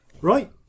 right